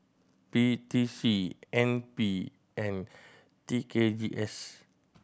P T C N P and T K G S